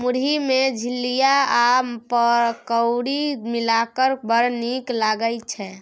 मुरही मे झिलिया आ पकौड़ी मिलाकए बड़ नीक लागय छै